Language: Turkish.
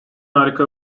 harika